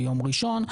ביום ראשון,